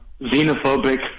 xenophobic